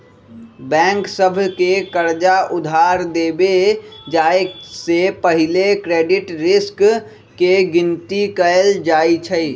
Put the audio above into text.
bank सभ के कर्जा उधार देबे जाय से पहिले क्रेडिट रिस्क के गिनति कएल जाइ छइ